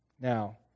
Now